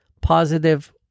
positive